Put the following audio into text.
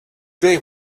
they